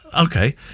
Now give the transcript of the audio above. Okay